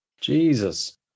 jesus